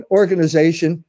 organization